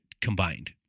combined